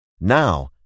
Now